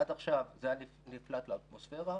עד עכשיו זה היה נפלט לאטמוספירה.